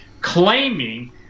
claiming